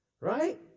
right